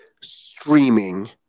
streaming